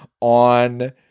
on